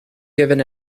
given